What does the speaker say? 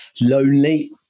lonely